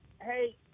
Hey